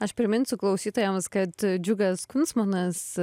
aš priminsiu klausytojams kad džiugas kuncmanas